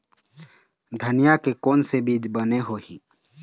धनिया के कोन से बीज बने होही?